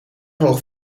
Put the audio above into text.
hoog